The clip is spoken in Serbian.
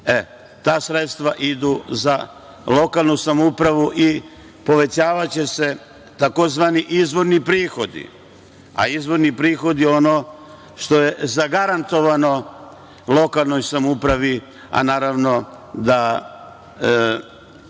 ta sredstva idu za lokalnu samoupravu i povećavaće se tzv. „izvorni prihodi“, a izvorni prihodi su ono što je zagarantovano lokanoj samoupravi, a naravno da